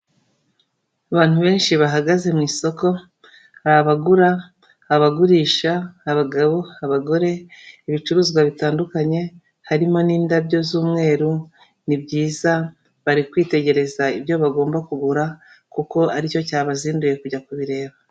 Abantu benshi bahagaze mu isoko, hari abagura, abagurisha, abagabo, abagore, ibicuruzwa bitandukanye, harimo n'indabyo, z'umweru n'ibyiza bari kwitegereza ibyo bagomba kugura kuko ari cyo cyabazinduye kujya kubireba.